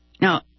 now